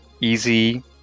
easy